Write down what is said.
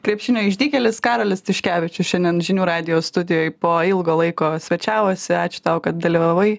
krepšinio išdykėlis karolis tiškevičius šiandien žinių radijo studijoj po ilgo laiko svečiavosi ačiū tau kad dalyvavai